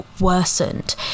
worsened